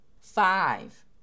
Five